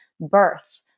birth